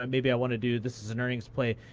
um maybe i want to do this is an earning's play,